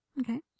Okay